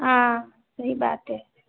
हाँ सही बात है